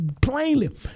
plainly